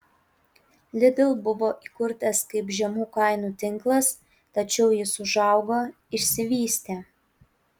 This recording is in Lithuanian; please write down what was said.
lidl buvo įkurtas kaip žemų kainų tinklas tačiau jis užaugo išsivystė